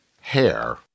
Hair